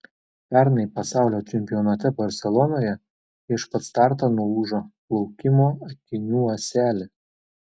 pernai pasaulio čempionate barselonoje prieš pat startą nulūžo plaukimo akinių ąselė